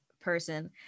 person